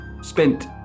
spent